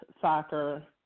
soccer